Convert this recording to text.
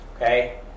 Okay